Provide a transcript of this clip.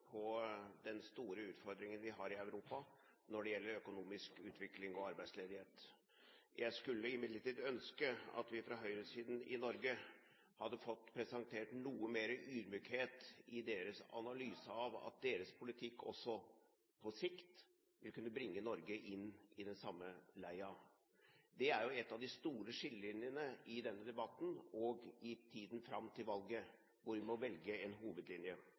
på den store utfordringen vi har i Europa når det gjelder økonomisk utvikling og arbeidsledighet. Jeg skulle imidlertid ønske at vi fra høyresiden i Norge hadde fått presentert noe mer ydmykhet i deres analyse av at deres politikk også på sikt vil kunne bringe Norge inn i den samme leia. Det er jo en av de store skillelinjene i denne debatten og i tiden fram til valget, hvor vi må velge en hovedlinje.